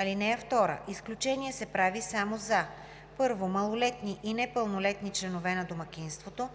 лица. (2) Изключение се прави само за: 1. малолетни и непълнолетни членове на домакинството;